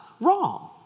wrong